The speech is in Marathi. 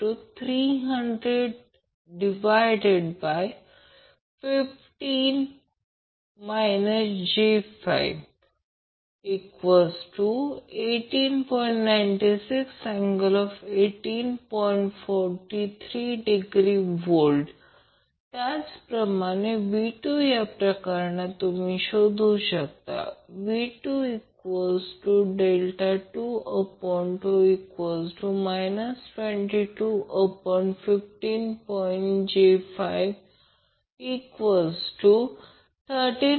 43°V त्याच प्रमाणे V2 या प्रकरणात तुम्ही शोधू शकता V22 22015 j513